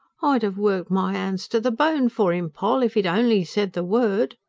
i'd have worked my hands to the bone for im, poll, if e'd only said the word.